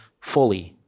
fully